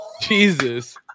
Jesus